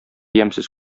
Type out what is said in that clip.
ямьсез